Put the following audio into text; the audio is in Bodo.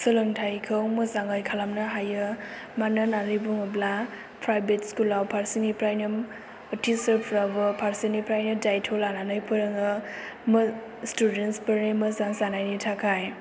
सोलोंथाइखौ मोजाङै खालामनो हायो मानो होननानै बुङोब्ला प्राइभेट स्कुलाव फारसेनिफ्रायनो टिचारफ्राबो फारसेनिफ्राइ दायथ' लानानै फोरोङो मो स्थुदेन्थसफोरनि मोजां जानायनि थाखाय